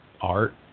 art